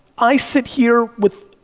i sit here with,